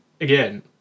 again